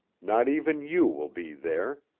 not even you will be there.